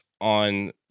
on